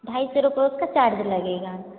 ढाई सौ रुपये उसका चार्ज लगेगा